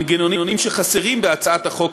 מנגנונים שחסרים בהצעת החוק,